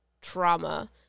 trauma